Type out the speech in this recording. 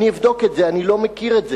אני אבדוק את זה, אני לא מכיר את זה.